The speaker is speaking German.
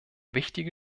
wichtige